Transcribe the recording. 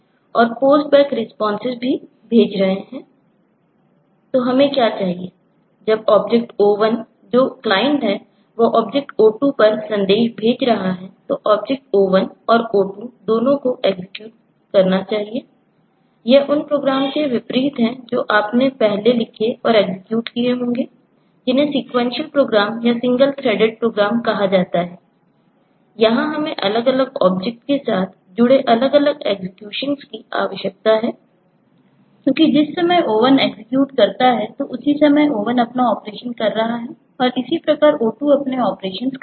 तो हमें क्या चाहिए जब ऑब्जेक्ट O1 जो क्लाइंट करेगा